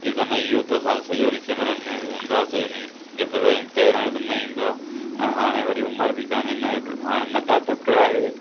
जेको आहे न इहो त असां सॼो ॾींहुं सिमरनि में बि हूंदो आहे सॼो ॾींहुं निबंदा आहियूं तरण त न ईंदो आहे ऐं हाणे वरी उमिरि बि काने न बि हाणे मतां पुटु आहे